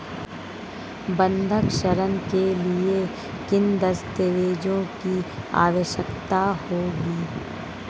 बंधक ऋण के लिए किन दस्तावेज़ों की आवश्यकता होगी?